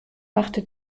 machte